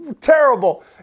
terrible